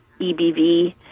EBV